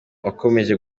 wakomeje